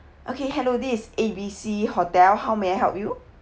okay hello this is A_B_C hotel how may I help you